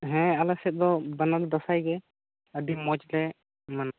ᱦᱮᱸ ᱟᱞᱮ ᱥᱮᱫ ᱫᱚ ᱵᱟᱱᱟᱨ ᱫᱟᱸᱥᱟᱭ ᱜᱮ ᱟᱹᱰᱤ ᱢᱚᱸᱡᱽ ᱞᱮ ᱢᱟᱱᱟᱣ